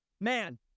Man